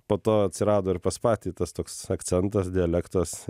po to atsirado ir pas patį tas toks akcentas dialektas